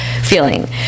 feeling